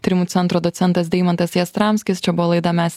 tyrimų centro docentas deimantas jastramskis čia buvo laida mes